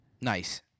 Nice